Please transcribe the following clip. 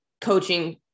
coaching